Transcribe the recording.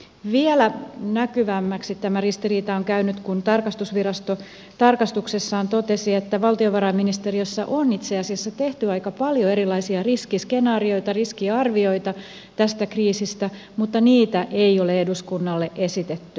vielä näkyvämmäksi tämä ristiriita on käynyt kun tarkastusvirasto tarkastuksessaan totesi että valtiovarainministeriössä on itse asiassa tehty aika paljon erilaisia riskiskenaarioita riskiarvioita tästä kriisistä mutta niitä ei ole eduskunnalle esitetty